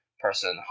person